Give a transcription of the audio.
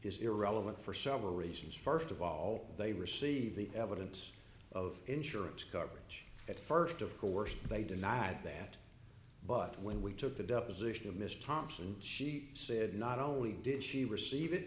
is irrelevant for several reasons first of all they received the evidence of insurance coverage at first of course they denied that but when we took the deposition of miss thompson she said not only did she receive it